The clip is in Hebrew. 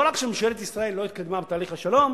לא רק שישראל לא התקדמה בתהליך השלום,